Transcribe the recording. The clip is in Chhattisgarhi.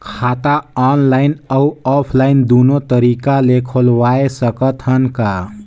खाता ऑनलाइन अउ ऑफलाइन दुनो तरीका ले खोलवाय सकत हन का?